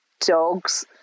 dogs